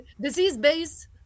disease-based